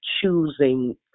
choosing